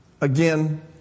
again